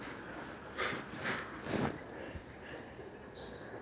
केंद्रीय अर्थसंकल्पावर आज मंत्रिमंडळाने सविस्तर चर्चा केली